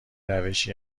روشی